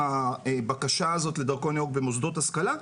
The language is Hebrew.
הבקשה הזאת לדרכון ירוק במוסדות השכלה,